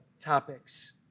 topics